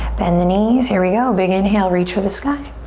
bend the knees, here we go, big inhale, reach for the sky.